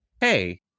hey